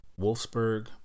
Wolfsburg